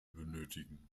benötigen